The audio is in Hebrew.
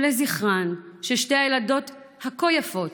ולזכרן של שתי הילדות הכה-יפות,